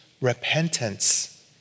repentance